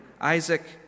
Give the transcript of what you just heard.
Isaac